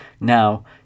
now